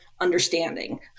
understanding